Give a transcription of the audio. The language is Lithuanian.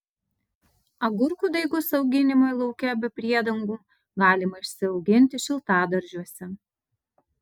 agurkų daigus auginimui lauke be priedangų galima išsiauginti šiltadaržiuose